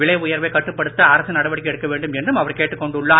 விலை உயர்வை கட்டுப்படுத்த அரசு நடவடிக்கை எடுக்க வேண்டும் என்றும் அவர் கேட்டுக்கொண்டுள்ளார்